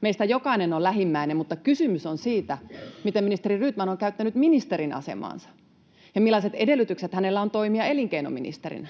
Meistä jokainen on lähimmäinen, mutta kysymys on siitä, miten ministeri Rydman on käyttänyt ministerin asemaansa ja millaiset edellytykset hänellä on toimia elinkeinoministerinä.